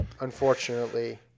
unfortunately